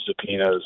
subpoenas